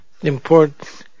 important